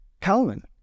Calvin